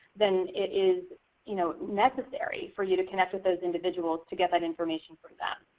then it is you know necessary for you to connect with those individuals to get that information for them.